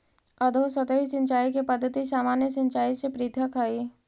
अधोसतही सिंचाई के पद्धति सामान्य सिंचाई से पृथक हइ